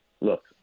look